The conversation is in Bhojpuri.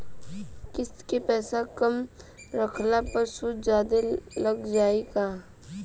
किश्त के पैसा कम रखला पर सूद जादे लाग जायी का?